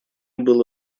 было